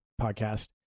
podcast